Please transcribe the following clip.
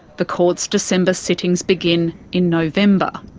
the court's december sittings begin in november.